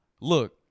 look